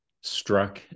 struck